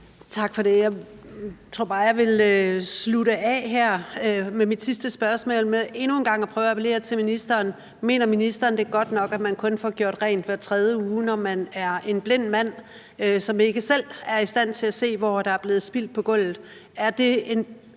Tak for det. Jeg tror bare, jeg vil slutte af her med mit sidste spørgsmål med endnu en gang at prøve at appellere til ministeren: Mener ministeren, det er godt nok, at man kun får gjort rent hver tredje uge, når man er en blind mand, som ikke selv er i stand til at se, hvor der er blevet spildt på gulvet?